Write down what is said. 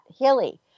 hilly